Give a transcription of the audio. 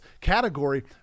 category